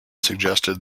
suggested